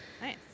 Nice